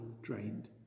drained